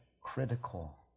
critical